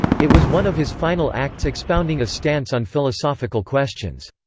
it was one of his final acts expounding a stance on philosophical questions.